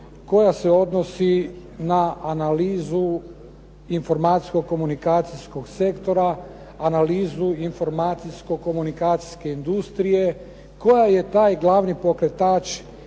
koja se odnosi na analizu informacijsko - komunikacijskog sektora, analizu informacijsko-komunikacijske industrije koja je taj glavni pokretač